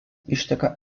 išteka